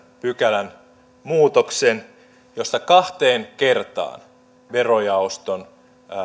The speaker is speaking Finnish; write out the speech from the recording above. pykälän muutoksen josta kahteen kertaan verojaoston